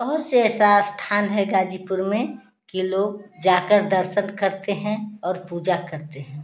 बहुत से ऐसा स्थान है गाजीपुर में कि लोग जाकर दर्शन करते हैं और पूजा करते हैं